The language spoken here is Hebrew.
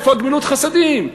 איפה גמילות החסדים?